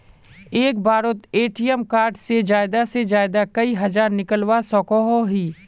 एक बारोत ATM card से ज्यादा से ज्यादा कई हजार निकलवा सकोहो ही?